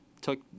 took –